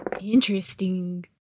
Interesting